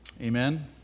Amen